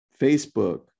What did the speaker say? Facebook